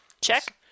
Check